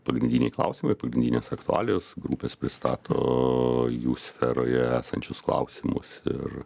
pagrindiniai klausimai pagrindinės aktualijos grupės pristato jų sferoje esančius klausimus ir